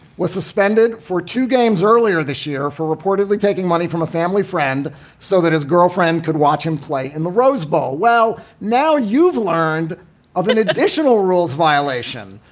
was suspended for two games earlier this year for reportedly taking money from a family friend so that his girlfriend could watch him play in the rose bowl. well, now you've learned of an additional rules violation.